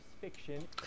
fiction